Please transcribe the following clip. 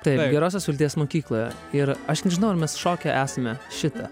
taip gerosios vilties mokykloje ir aš nežinau ar mes šokę esame šitą